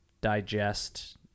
digest